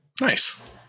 Nice